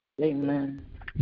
Amen